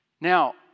Now